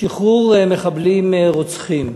שחרור מחבלים רוצחים,